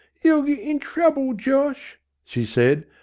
you'll git in trouble. josh she said.